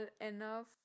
enough